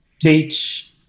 teach